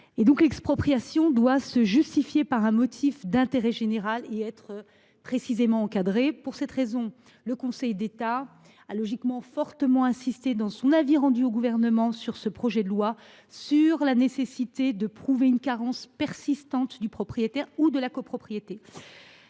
L’expropriation doit se justifier par un motif d’intérêt général et être précisément encadrée. Pour cette raison, le Conseil d’État a logiquement et fortement insisté, dans l’avis qu’il a rendu sur ce projet de loi, sur la nécessité de prouver une carence persistante du propriétaire ou de la copropriété.